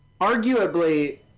arguably